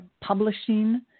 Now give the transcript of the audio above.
publishing